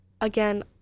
again